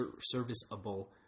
serviceable